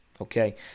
Okay